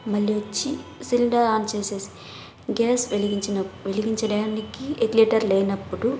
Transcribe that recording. మళ్ళీ వచ్చి cylinder on చేసేసి గ్యాస్ వెలిగించిన వెలిగించడానికి రెగ్లేటర్ లేనప్పుడు